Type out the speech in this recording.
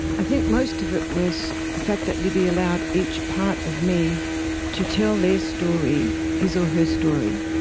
i think most of it was the fact that libby allowed each part of me to tell their story, his or her story,